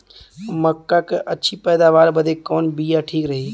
मक्का क अच्छी पैदावार बदे कवन बिया ठीक रही?